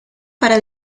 para